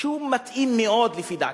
שהוא מתאים מאוד לפי דעתי.